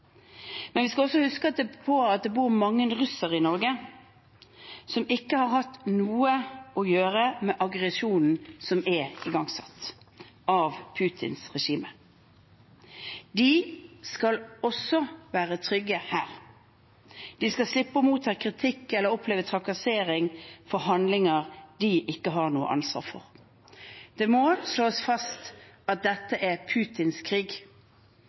Men vi skal også huske på at det bor mange russere i Norge, som ikke har hatt noe å gjøre med aggresjonen som er igangsatt av Putins regime. De skal også være trygge her. De skal slippe å motta kritikk eller oppleve trakassering for handlinger de ikke har noe ansvar for. Det må slås fast at dette er